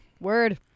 word